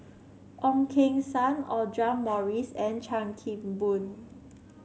Ong Keng Sen Audra Morrice and Chan Kim Boon